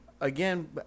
again